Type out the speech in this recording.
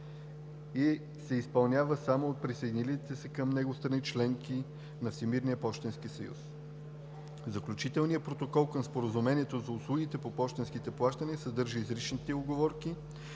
и се изпълнява само от присъединилите се към него страни – членки на Всемирния пощенски съюз. Заключителният протокол към Споразумението за услугите по пощенските плащания съдържа изричните уговорки,